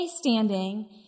standing